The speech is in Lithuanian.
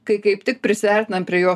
kai kaip tik prisiartinam prie jo